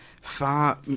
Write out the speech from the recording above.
far